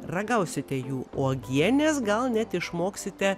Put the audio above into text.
ragausite jų uogienės gal net išmoksite